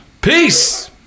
Peace